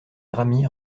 grammy